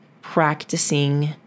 practicing